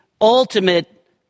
ultimate